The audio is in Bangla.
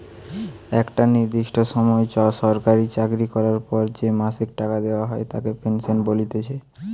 একটা নির্দিষ্ট সময় সরকারি চাকরি করার পর যে মাসিক টাকা দেওয়া হয় তাকে পেনশন বলতিছে